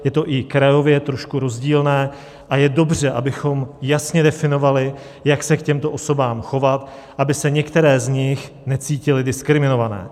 Je to i krajově trošku rozdílné a je dobře, abychom jasně definovali, jak se k těmto osobám chovat, aby se některé z nich necítily diskriminované.